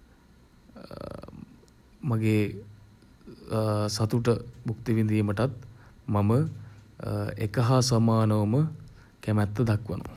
මගේ සතුට භුක්ති විඳීමටත් මම එක හා සමානවම කැමැත්ත දක්වනවා.